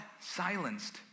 silenced